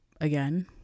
again